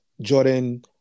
Jordan